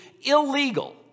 illegal